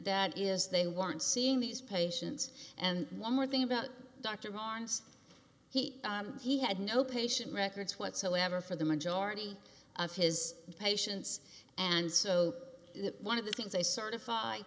that is they weren't seeing these patients and one more thing about dr barnes he he had no patient records whatsoever for the majority of his patients and so one of the things they certif